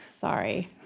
Sorry